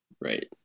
right